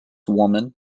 woman